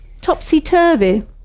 topsy-turvy